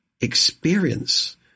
experience